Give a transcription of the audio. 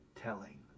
telling